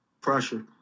pressure